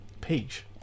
page